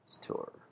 tour